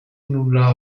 nulla